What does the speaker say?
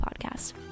Podcast